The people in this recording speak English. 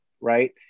right